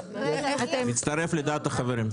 מצטרף לדעת החברים.